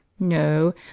No